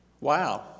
Wow